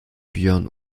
björn